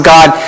God